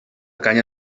canya